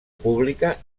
pública